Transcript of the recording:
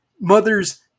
mother's